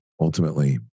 ultimately